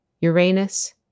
Uranus